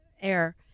air